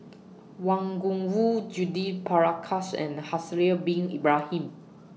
Wang Gungwu Judith Prakash and Haslir Bin Ibrahim